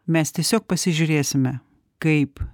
mes tiesiog pasižiūrėsime kaip